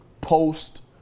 post